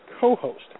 co-host